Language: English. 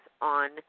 on